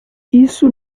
isso